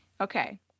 okay